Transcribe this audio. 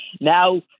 Now